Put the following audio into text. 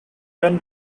wen